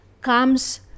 comes